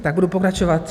Tak budu pokračovat.